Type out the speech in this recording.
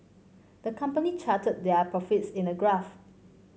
the company charted their profits in a graph